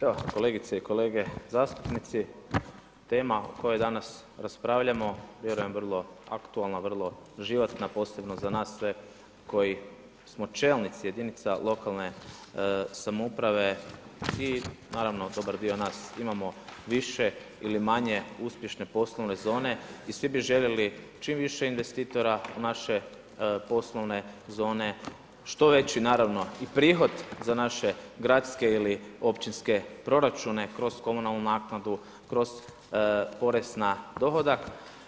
Evo kolegice i kolege zastupnici, tema o kojoj danas raspravljamo vjerujem vrlo aktualna, vrlo životna posebno za nas sve koji smo čelnici jedinica lokalne samouprave i naravno dobar dio nas imamo više ili manje uspješne poslovne zone i svi bi željeli čim više investitora u naše poslovne zone, što veći naravno i prihod za naše gradske ili općinske proračune, kroz komunalnu naknadu, kroz porez na dohodak.